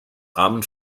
armen